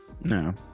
No